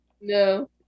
No